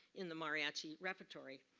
in the mariucci repertoire.